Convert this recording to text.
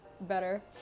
better